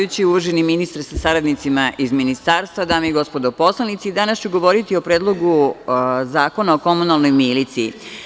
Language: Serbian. Uvaženi ministre sa saradnicima iz Ministarstva, dame i gospodo narodni poslanici, danas ću govoriti o Predlogu zakona o komunalnoj miliciji.